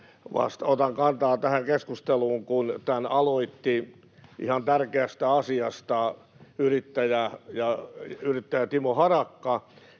otan kantaa tähän keskusteluun, kun tämän aloitti ihan tärkeästä asiasta yrittäjä Timo Harakka,